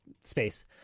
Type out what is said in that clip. space